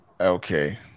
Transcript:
Okay